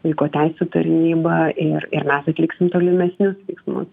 vaiko teisių tarnybą ir ir mes atliksim tolimesnius veiksmus